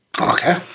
Okay